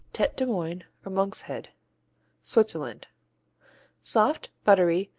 tete de moine, or monk's head switzerland soft, buttery,